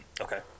Okay